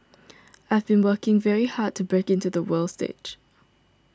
I have been working very hard to break into the world stage